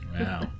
Wow